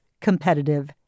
competitive